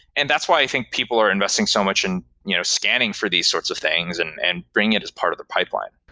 and that's why i think people are investing so much in you know scanning for the sorts of things and and bring it as part of the pipeline.